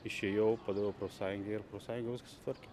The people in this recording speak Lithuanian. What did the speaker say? išėjau padaviau profsąjungai ir profsąjunga viską sutvarkė